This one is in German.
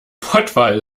pottwal